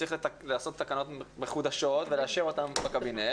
צריך לעשות תקנות מחודשות ולאשר אותן בקבינט